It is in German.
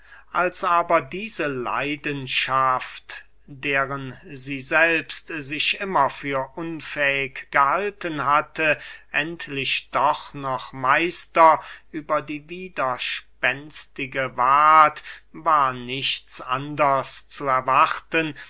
als aber diese leidenschaft deren sie selbst sich immer für unfähig gehalten hatte endlich doch noch meister über die widerspänstige ward war nichts anders zu erwarten